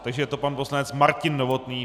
Takže je to pan poslanec Martin Novotný.